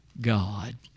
God